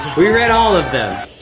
we read all of them.